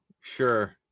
Sure